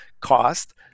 cost